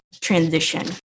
transition